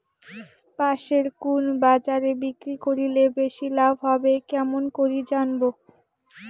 পাশের কুন বাজারে বিক্রি করিলে বেশি লাভ হবে কেমন করি জানবো?